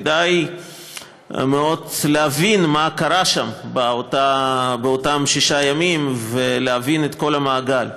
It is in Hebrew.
כדאי מאוד להבין מה קרה שם באותם שישה ימים ולהבין את כל המעגל.